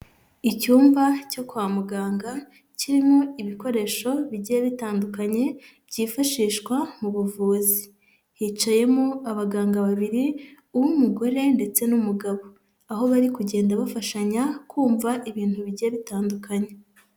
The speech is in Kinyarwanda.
Icyumba cyo kwa muganga, kirimo ibikoresho bigiye bitandukanye, byifashishwa mu buvuzi. Hicayemo abaganga babiri uw'umugore ndetse n'umugabo. Aho bari kugenda bafashanya kumva ibintu bigiye bitandukanye.